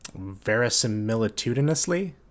verisimilitudinously